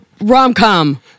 rom-com